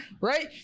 Right